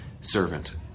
servant